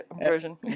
version